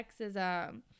sexism